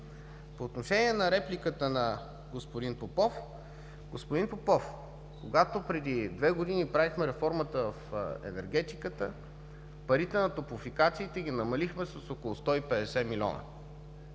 По отношение репликата на господин Попов. Господин Попов, когато преди две години правихме реформата в енергетиката, парите на топлофикациите ги намалихме с около 150 милиона.